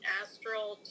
astral